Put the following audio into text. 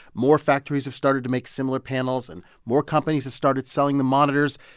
more factories have started to make similar panels, and more companies have started selling the monitors,